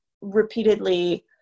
repeatedly